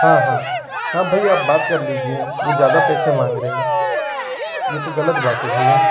हाँ हाँ हाँ भई आप बात कर लीजिए वो ज़्यादा पैसे माँग रहे हैं ये तो गलत बात है भईया